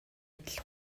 адил